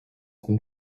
been